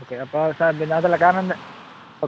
okay അപ്പോൾ sir പിന്നെ അതല്ല കാരണമെന്താ